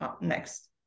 next